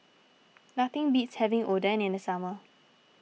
nothing beats having Oden in the summer